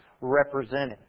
represented